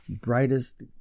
brightest